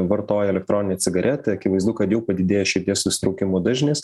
vartoja elektroninę cigaretę akivaizdu kad jau padidėja širdies susitraukimo dažnis